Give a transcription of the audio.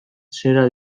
zera